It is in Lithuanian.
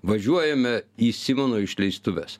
važiuojame į simono išleistuves